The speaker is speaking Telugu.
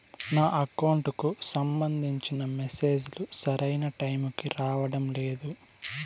నా అకౌంట్ కు సంబంధించిన మెసేజ్ లు సరైన టైము కి రావడం లేదు